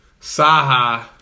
Saha